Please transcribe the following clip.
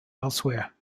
elsewhere